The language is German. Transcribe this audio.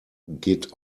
geht